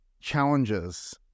challenges